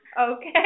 okay